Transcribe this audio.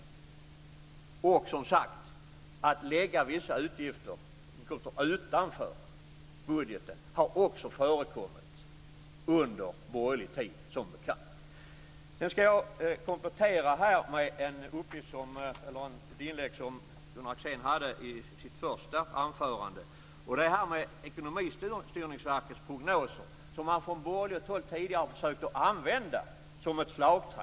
Det har som sagt också förekommit att man har lagt vissa utgifter och inkomster utanför budgeten under borgerlig tid. Jag ska komplettera med en uppgift som Gunnar Axén hade i sitt första anförande. Det gäller Ekonomistyrningsverkets prognoser, som man från borgerligt håll tidigare har försökt att använda som ett slagträ.